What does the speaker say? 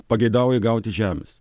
pageidauja gauti žemės